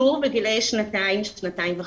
שוב, בגיל שנתיים-שנתיים וחצי.